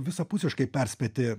visapusiškai perspėti